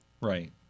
right